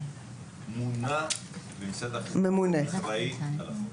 מונה במשרד החינוך אחראי על החוק.